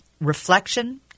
reflection